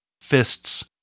fists